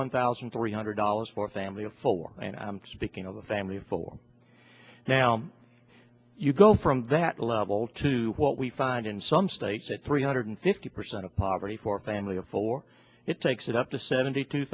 one thousand three hundred dollars for a family of four and speaking of a family of four now if you go from that level to what we find in some states at three hundred fifty percent of poverty for a family of four it takes it up to seventy two